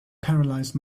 paralysed